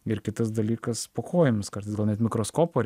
ir kitas dalykas po kojomis kartais gal net mikroskopo